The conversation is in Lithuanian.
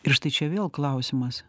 ir štai čia vėl klausimas